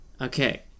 Okay